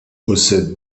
possède